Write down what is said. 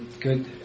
good